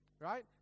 right